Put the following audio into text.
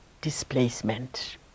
displacement